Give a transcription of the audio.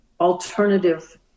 alternative